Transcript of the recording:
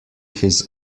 his